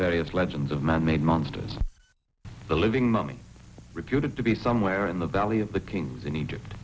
various legends of man made monsters the living mummy reputed to be some where in the valley of the kings in egypt